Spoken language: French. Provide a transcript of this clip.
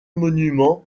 monument